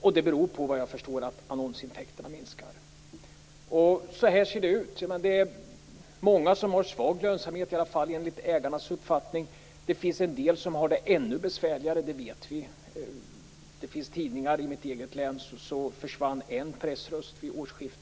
Vad jag förstår beror det på att annonsintäkterna minskar. Så här ser det ut. Det är många som har svag lönsamhet, i alla fall enligt ägarnas uppfattning. Det finns en del som har det ännu besvärligare; det vet vi. I mitt eget län försvann en pressröst vid årsskiftet.